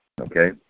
Okay